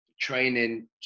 training